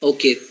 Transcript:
Okay